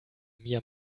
mir